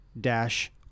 dash